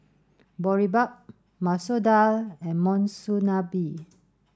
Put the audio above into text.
Boribap Masoor Dal and Monsunabe